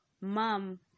mom